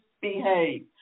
behave